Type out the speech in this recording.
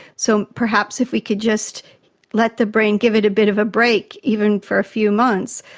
so perhaps if we could just let the brain, give it a bit of a break even for a few months,